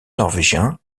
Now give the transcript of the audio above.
norvégiens